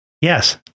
Yes